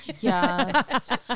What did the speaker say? Yes